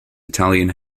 italian